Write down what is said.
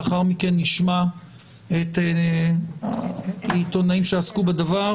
לאחר מכן נשמע את העיתונאים שעסקו בדבר